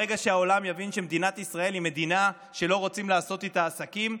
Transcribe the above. ברגע שהעולם יבין שמדינת ישראל היא מדינה שלא רוצים לעשות איתה עסקים,